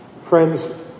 Friends